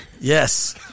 Yes